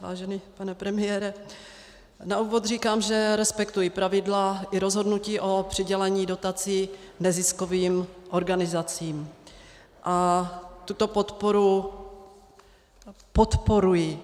Vážený pane premiére, na úvod říkám, že respektuji pravidla i rozhodnutí o přidělení dotací neziskovým organizacím a tuto podporu podporuji.